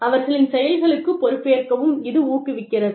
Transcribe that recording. அவர்களின் செயல்களுக்குப் பொறுப்பேற்கவும் இது ஊக்குவிக்கிறது